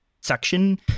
section